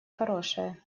хорошее